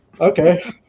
Okay